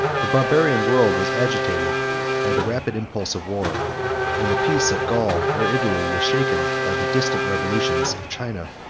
the barbarian world was agitated by the rapid impulse of war and the peace of gaul or italy was shaken by the distant revolutions of china.